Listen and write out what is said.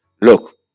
look